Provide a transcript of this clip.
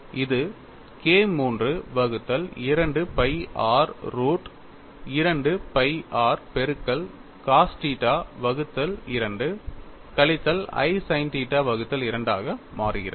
எனவே இது KIII வகுத்தல் 2 pi r root 2 pi r பெருக்கல் cos தீட்டா வகுத்தல் 2 கழித்தல் i sin தீட்டா வகுத்தல் 2 ஆக மாறுகிறது